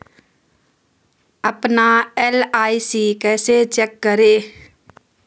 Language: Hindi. अपना एल.आई.सी कैसे चेक करें?